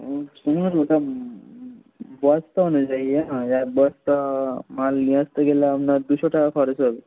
ওটা বস্তা অনুযায়ী ইয়ে হবে এক বস্তা মাল নিয়ে আসতে গেলে আপনার দুশো টাকা খরচ লাগবে